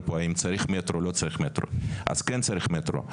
פה האם צריך מטרו או לא צריך מטרו אז כן צריך מטרו.